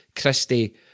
Christie